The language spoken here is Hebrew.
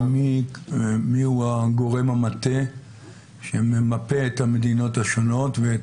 מיהו גורם המטה שממפה את המדינות השונות ואת